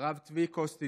הרב צבי קוסטינר.